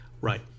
Right